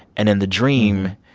and in the dream,